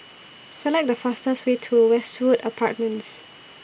Select The fastest Way to Westwood Apartments